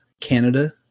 Canada